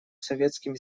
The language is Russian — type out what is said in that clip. советскими